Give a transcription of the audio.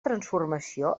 transformació